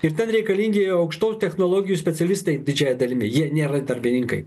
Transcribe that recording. ir ten reikalingi aukštųjų technologijų specialistai didžiąja dalimi jie nėra darbininkai